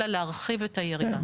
אלא להרחיב את היריעה.